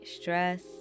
stress